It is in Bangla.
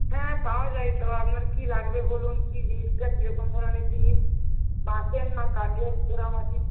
হ্যাঁ পাওয়া যায় তো আপনার কী লাগবে বলুন কী জিনিসটা কী রকম ধরণের জিনিস বাঁশের না কাঠের পোড়ামাটি